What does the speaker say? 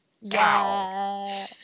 Wow